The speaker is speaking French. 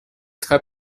très